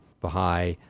Baha'i